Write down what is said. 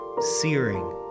searing